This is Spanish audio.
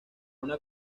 una